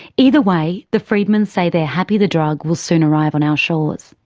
either way, the freedmans say they are happy the drug will soon arrive on our shores.